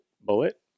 bullet